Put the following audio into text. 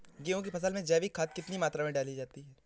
गेहूँ की फसल में जैविक खाद कितनी मात्रा में डाली जाती है?